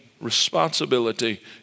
responsibility